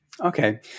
okay